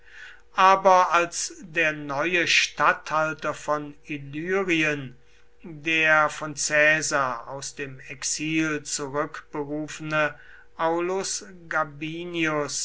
aber als der neue statthalter von illyrien der von caesar aus dem exil zurückberufene aulus gabinius